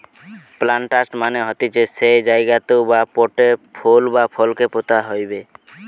planters মানে হতিছে যেই জায়গাতু বা পোটে ফুল বা ফল কে পোতা হইবে